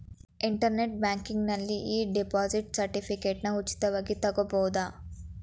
internet ಬ್ಯಾಂಕಿಂಗ್ನಲ್ಲಿ e deposit ಸರ್ಟಿಫಿಕೇಟನ್ನ ಉಚಿತವಾಗಿ ತಗೊಬೋದು